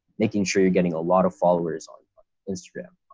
making sure you're getting a lot of followers on instagram,